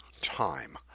time